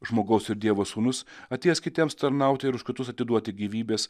žmogaus ir dievo sūnus atėjęs kitiems tarnauti ir už kitus atiduoti gyvybės